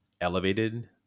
elevated